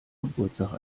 geburtstag